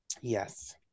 Yes